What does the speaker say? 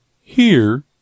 Here